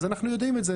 אז אנחנו יודעים את זה,